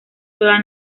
sola